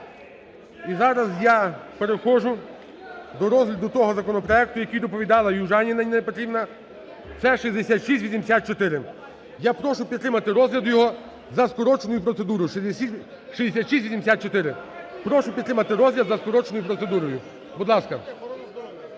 і зараз я перехожу до розгляду того законопроекту, який доповідала Южаніна Ніна Петрівна, це 6684. Я прошу підтримати розгляд його за скороченою процедурою, 6684.